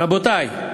רבותי,